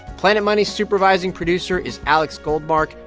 planet money's supervising producer is alex goldmark.